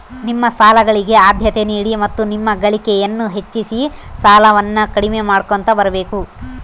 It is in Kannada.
ನಿಮ್ಮ ಸಾಲಗಳಿಗೆ ಆದ್ಯತೆ ನೀಡಿ ಮತ್ತು ನಿಮ್ಮ ಗಳಿಕೆಯನ್ನು ಹೆಚ್ಚಿಸಿ ಸಾಲವನ್ನ ಕಡಿಮೆ ಮಾಡ್ಕೊಂತ ಬರಬೇಕು